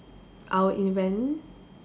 I would invent